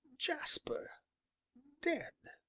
jasper dead!